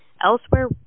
Elsewhere